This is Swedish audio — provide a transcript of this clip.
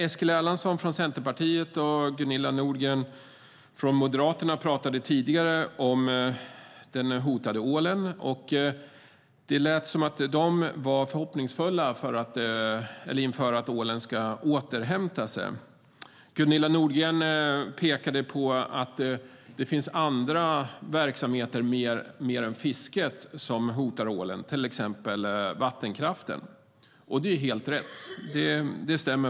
Eskil Erlandsson från Centerpartiet och Gunilla Nordgren från Moderaterna talade tidigare om den hotade ålen. De lät förhoppningsfulla inför att ålen ska återhämta sig. Gunilla Nordgren pekade på att fler verksamheter än fisket hotar ålen, till exempel vattenkraften, och det är helt rätt.